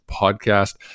podcast